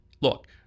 Look